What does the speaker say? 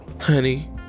honey